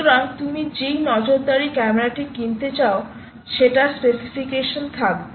সুতরাং তুমি যে নজরদারি ক্যামেরাটি কিনতে চাও সেটার স্পেসিফিকেশন থাকবে